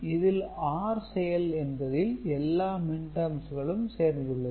இதில் OR செயல் என்பதில் எல்லா மின்டெர்ம்ஸ்களும் சேர்ந்துள்ளது